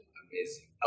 amazing